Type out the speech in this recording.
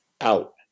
out